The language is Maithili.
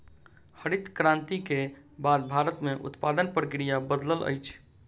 हरित क्रांति के बाद भारत में उत्पादन प्रक्रिया बदलल अछि